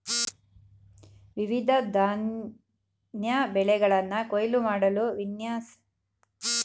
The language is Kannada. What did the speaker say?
ವಿವಿಧ ಧಾನ್ಯ ಬೆಳೆಗಳನ್ನ ಕೊಯ್ಲು ಮಾಡಲು ವಿನ್ಯಾಸಗೊಳಿಸ್ಲಾದ ಬಹುಮುಖ ಯಂತ್ರವಾಗಿದೆ ಈ ಕೊಯ್ಲು ಯಂತ್ರ